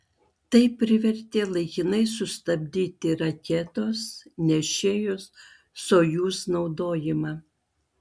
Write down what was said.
tai privertė laikinai sustabdyti raketos nešėjos sojuz naudojimą